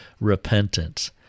repentance